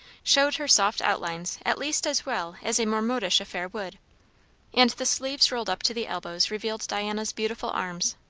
showed her soft outlines at least as well as a more modish affair would and the sleeves rolled up to the elbows revealed diana's beautiful arms.